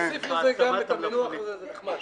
תוסיף לזה את העגבניות, זה נחמד.